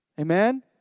Amen